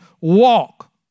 walk